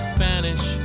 Spanish